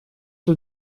тут